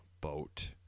boat